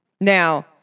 Now